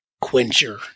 quencher